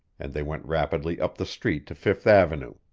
and they went rapidly up the street to fifth avenue.